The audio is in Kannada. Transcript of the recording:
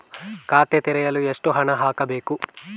ಖಾತೆ ತೆರೆಯಲು ಎಷ್ಟು ಹಣ ಹಾಕಬೇಕು?